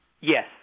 Yes